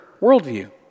worldview